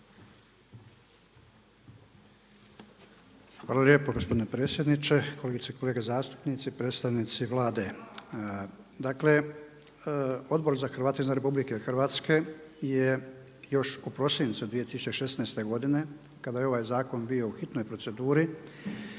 Hvala lijepo gospodine predsjedniče. Kolegice i kolege zastupnici, predstavnici Vlade dakle Odbor za Hrvate izvan RH je još u prosincu 2016. godine kada je ovaj zakon bio u hitnoj proceduri